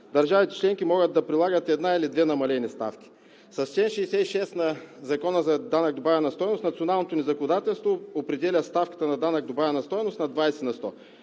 Държавите членки могат да прилагат една или две намалени ставки. С чл. 66 на Закона за данък добавена стойност националното ни законодателство определя ставката на данък добавена стойност на 20%.